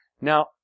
Now